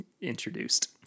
introduced